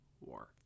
War